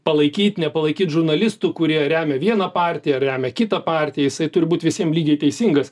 palaikyt nepalaikyt žurnalistų kurie remia vieną partiją remia kitą partiją jisai turi būti visiems lygiai teisingas